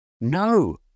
No